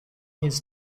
his